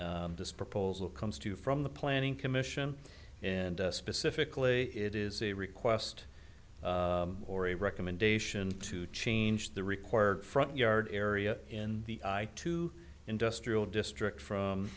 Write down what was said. this proposal comes to from the planning commission and specifically it is a request or a recommendation to change the required front yard area in the i two industrial district from